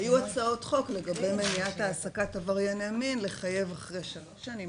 היו הצעות חוק לגבי מניעת העסקת עברייני מין לחייב אחרי שלוש שנים,